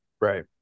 Right